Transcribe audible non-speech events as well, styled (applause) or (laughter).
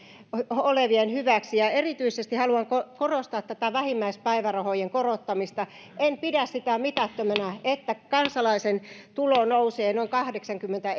olevien hyväksi erityisesti haluan korostaa tätä vähimmäispäivärahojen korottamista en pidä sitä mitättömänä että kansalaisen tulo nousee noin kahdeksankymmentä (unintelligible)